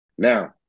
Now